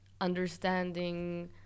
understanding